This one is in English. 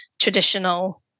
traditional